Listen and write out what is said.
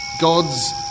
Gods